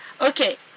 Okay